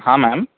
हा मॅम